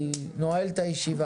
אני נועל את הישיבה.